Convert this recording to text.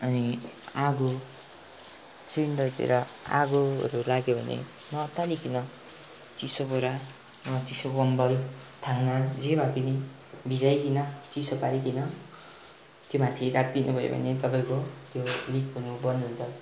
अनि आगो सिलिन्डरतिर आगोहरू लाग्यो भने नअत्तालीकन चिसो बोरा वा चिसो कम्बल थाङ्ना जे भए पनि भिजाईकन चिसो पारीकन त्यो माथि राखिदिनु भयो भने तपाईँको त्यो लिक हुनु बन्द हुन्छ